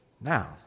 now